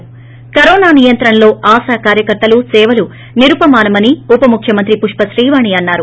ి కరోనా నియంత్రణలో ఆశా కార్యకర్తల సేవలు నిరుపమానమని ఉపముఖ్యమంత్రి పుష్పశ్రీవాణి అన్నారు